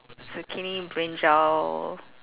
zucchini brinjal